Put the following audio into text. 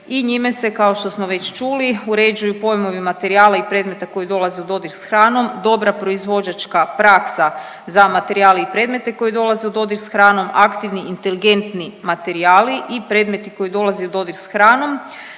i njime se kao što smo već čuli uređuju pojmovi materijala i predmeta koji dolaze u dodir s hranom, dobra proizvođačka praksa za materijale i predmete koji dolaze u dodir s hranom, aktivni inteligentni materijali i predmeti koji dolaze u dodir s hranom,